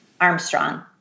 Armstrong